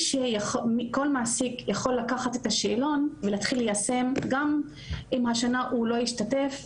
כל מעסיק יכול לקחת את השאלון ולהתחיל ליישם גם אם השנה הוא לא השתתף,